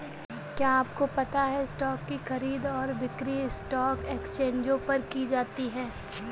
क्या आपको पता है स्टॉक की खरीद और बिक्री स्टॉक एक्सचेंजों पर की जाती है?